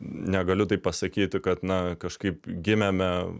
negaliu taip pasakyti kad na kažkaip gimėme